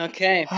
Okay